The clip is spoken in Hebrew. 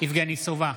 יבגני סובה,